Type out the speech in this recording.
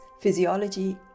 physiology